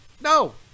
No